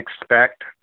expect